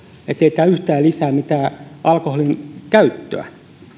ei tämä yhtään lisää mitään alkoholinkäyttöä